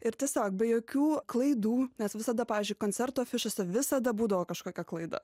ir tiesiog be jokių klaidų nes visada pavyzdžiui koncertų afišose visada būdavo kažkokia klaida